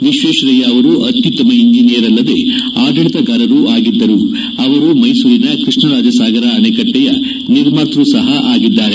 ವಿಶ್ವೇಶ್ವರಯ್ಯ ಅವರು ಅತ್ಯುತ್ತಮ ಇಂಜಿನಿಯರ್ ಅಲ್ಲದೆ ಆಡಳಿತಗಾರರೂ ಆಗಿದ್ದರು ಅವರು ಮೈಸೂರಿನ ಕೃಷ್ಣರಾಜ ಸಾಗರ ಅಣಿಕಟ್ಟೆಯ ನಿರ್ಮಾತ್ಯ ಸಹ ಆಗಿದ್ದಾರೆ